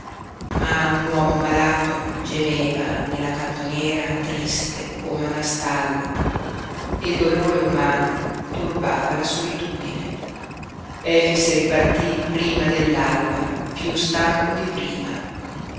ma un uomo malato gemeva nella cantoniera triste come una stalla e il dolore umano turbava la solitudine efix ripartí prima dell'alba piú stanco di prima